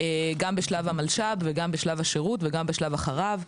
גם בשלב המלש"ב וגם בשלב השירות וגם בשלב אחריו.